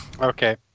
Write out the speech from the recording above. Okay